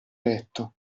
letto